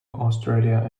australia